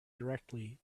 directly